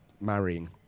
marrying